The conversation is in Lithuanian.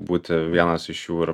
būti vienas iš jų ir